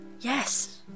Yes